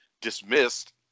dismissed